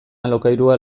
alokairua